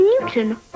Newton